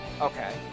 Okay